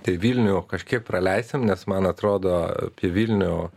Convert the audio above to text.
tai vilnių kažkiek praleisim nes man atrodo apie vilnių